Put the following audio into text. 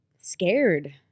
Scared